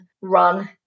run